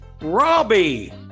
Robbie